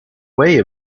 way